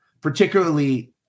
particularly